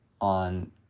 on